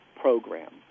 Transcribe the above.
program